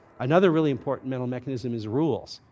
another really important mental mechanism is rules.